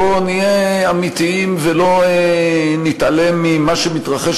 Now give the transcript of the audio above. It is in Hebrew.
בוא נהיה אמיתיים ולא נתעלם ממה שמתרחש